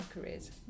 careers